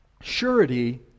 Surety